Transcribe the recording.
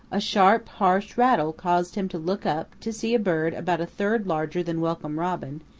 a sharp, harsh rattle caused him to look up to see a bird about a third larger than welcome robin,